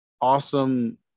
awesome